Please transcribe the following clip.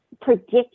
predict